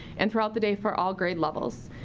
and throughout the day for all grade levels.